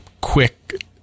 quick